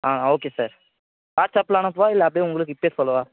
ஆ okay sir வாட்ஸ்ஆப்பில் அனுப்பவா இல்லை அப்படியே உங்களுக்கு இப்பயே சொல்லவா